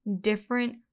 different